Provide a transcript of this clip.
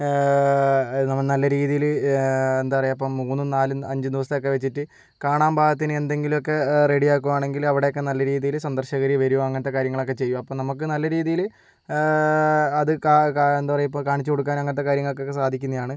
നമുക്ക് നല്ല രീതിയില് എന്താ പറയുക ഇപ്പം മൂന്നും നാലും അഞ്ചുദിവസത്തേക്കൊക്കെ വെച്ചിട്ട് കാണാൻ പാകത്തിന് എന്തെങ്കിലുമൊക്കെ റെഡിയാക്കുവാണെങ്കിൽ അവിടെ ഒക്കെ നല്ല രീതിയിൽ സന്ദർശകര് വരും അങ്ങനത്തെ കാര്യങ്ങളൊക്കെ ചെയ്യും അപ്പോൾ നമുക്ക് നല്ല രീതിയില് അത് കാ കാ എന്താ പറയുക ഇപ്പോൾ കാണിച്ചുകൊടുക്കാൻ അങ്ങനത്തെ കാര്യങ്ങൾക്കൊക്കെ സാധിക്കുന്നതാണ്